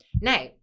Now